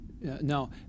Now